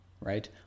right